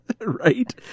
right